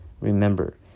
Remember